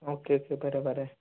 okay okay बरें बरें